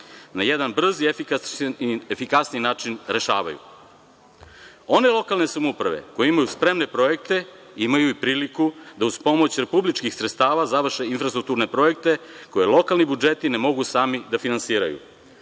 na jedan brz i efikasniji način rešavaju. One lokalne samouprave koje imaju spremne projekte imaju i priliku da uz pomoć republičkih sredstava završe infrastrukturne projekte koje lokalni budžeti ne mogu sami da finansiraju. Ja